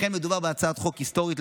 לכן מדובר בהצעת חוק היסטורית.